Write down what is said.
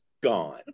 gone